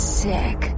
sick